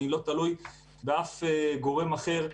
אני לא תלוי בשום גורם אחר.